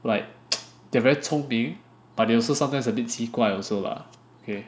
like they very 聪明 but they also sometimes a bit 奇怪 also lah okay